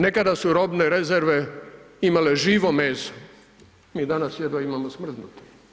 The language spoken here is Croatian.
Nekada su robne rezerve imale živo meso, mi danas jedva imamo smrznuto.